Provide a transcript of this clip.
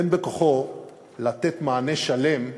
אין בכוחו לתת מענה שלם לבעיה,